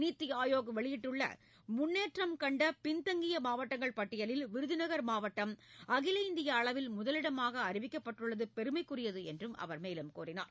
நித்தி ஆயோக் வெளியிட்டுள்ள முன்னேற்றம் கண்ட பின்தங்கிய மாவட்டங்கள் பட்டியலில் விருதுநகர் மாவட்டம் அகில இந்திய அளவில் முதலிடமாக அறிவிக்கப்பட்டுள்ளது பெருமைக்குரியது என்று அவர் கூறினார்